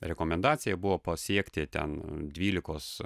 rekomendacija buvo pasiekti ten dvylikos